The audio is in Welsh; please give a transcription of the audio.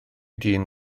dyn